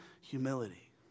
humility